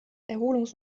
erholungs